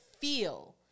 feel